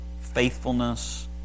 Faithfulness